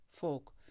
folk